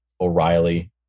O'Reilly